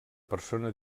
persona